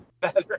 better